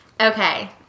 Okay